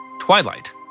Twilight